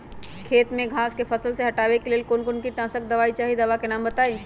खेत में घास के फसल से हटावे के लेल कौन किटनाशक दवाई चाहि दवा का नाम बताआई?